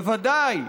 בוודאי,